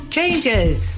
Changes